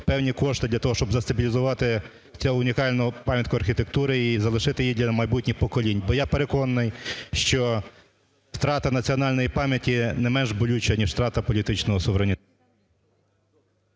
певні кошти для того, щоб застабілізувати цю унікальну пам'ятку архітектури і залишити її для майбутніх поколінь, бо я переконаний, що втрата національної пам'яті не менш болюча, ніж втрата політичного суверенітету.